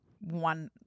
one